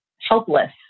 helpless